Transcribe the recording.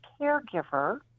caregiver